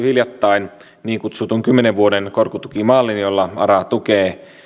hiljattain niin kutsutun kymmenen vuoden korkotukimallin jolla ara tukee